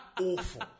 awful